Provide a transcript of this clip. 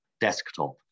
desktop